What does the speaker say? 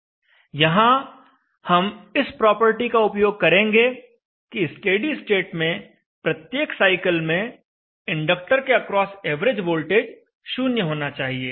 यहां हम इस प्रॉपर्टी का उपयोग करेंगे कि स्टेडी स्टेट में प्रत्येक साइकिल में इंडक्टर के अक्रॉस एवरेज वोल्टेज शून्य होना चाहिए